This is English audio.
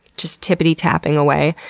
just tippity-tapping away.